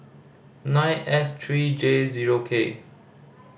nine S three J zero K